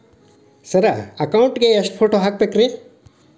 Sir account ಗೇ ಎಷ್ಟು photo ಬೇಕ್ರಿ?